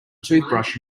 toothbrush